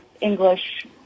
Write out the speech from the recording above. english